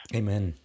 amen